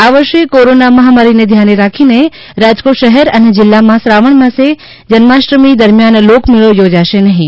આ વર્ષે કોરોના મહામારીને ધ્યાને રાખીને રાજકોટ શહેર અને જિલ્લામાં શ્રાવણ માસે જન્માષ્ટમી દરમિયાન લોકમેળો યોજાશે નહીં